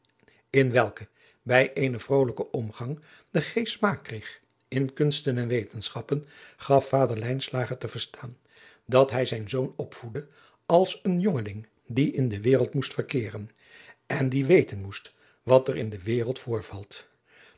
in welke bij eenen vrolijken omgang de geest smaak kreeg in kunsten en wetenschappen gaf vader lijnslager te verstaan dat hij zijn zoon opvoedde als een jongeling die in de wereld moest verkeeren en die weten moest wat er in de wereld voorvalt